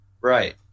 Right